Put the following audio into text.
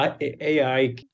AI